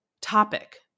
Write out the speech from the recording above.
topic